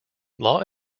law